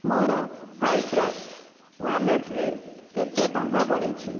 ମୋର ସାଇଟ୍ରସ୍ ୱାଲେଟରେ କେତେ ଟଙ୍କା ବଳିଛି